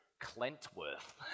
Clentworth